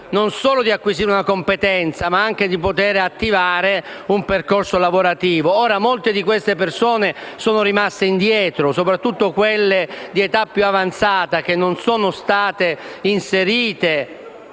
non solo di acquisire una competenza, ma anche di poter attivare un percorso lavorativo. Ora molte di quelle persone sono rimaste indietro, soprattutto quelle di età più avanzata, che non hanno avuto